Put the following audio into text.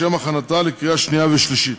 לשם הכנתה לקריאה שנייה ושלישית.